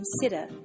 consider